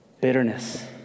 bitterness